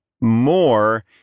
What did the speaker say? more